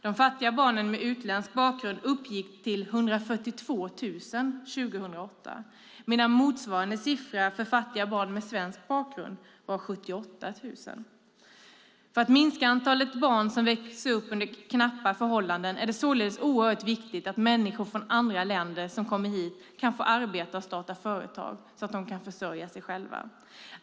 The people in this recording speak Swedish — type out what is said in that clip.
De fattiga barnen med utländsk bakgrund uppgick till 142 000 år 2008, medan motsvarande siffra för fattiga barn med svensk bakgrund var 78 000. För att minska antalet barn som växer upp under knappa förhållanden är det således oerhört viktigt att människor från andra länder som kommer hit kan få arbeta och starta företag så att de kan försörja sig själva.